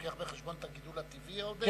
החישוב מביא בחשבון את הגידול הטבעי העודף?